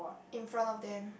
in front of them